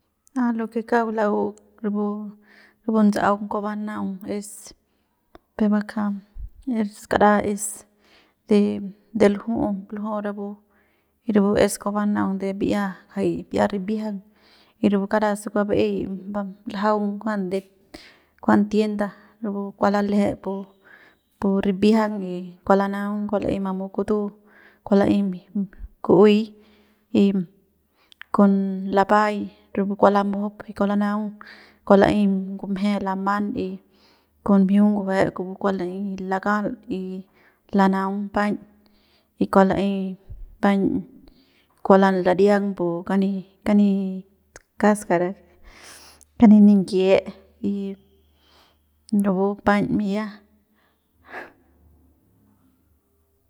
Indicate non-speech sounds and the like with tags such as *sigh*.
A lo que kauk lau rapu rapu ndts'aung kua banaung es pe bakja es kara es de lju'u lju'u y rapu ya rapu es kua banaung de bi'ia jay bi'ia ribiajang y rapu kara sa kuas ba'ey ljaung kujuan de tienda rapu kua lalejep *noise* pu pu ribiajang y kua lanaung kua la'ey mamu kutu kua laey mji kuey y con lapay rapu kua lamujup y kua lanaung kua la'ey ngumje laman y con mjiung ngujue kupu kua la'ey lakal y lanaung paiñ y kua la'ey paiñ kua lariang pu kani kani cáscara kani ninyie y *noise* napu paiñ mi'ia.